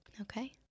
Okay